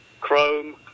Chrome